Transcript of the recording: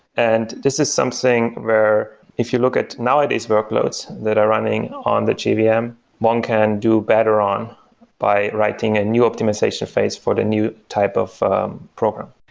and this is something where if you look at, nowadays, workloads that are running on the jvm, yeah one can do better on by writing a new optimization phase for the new type of program.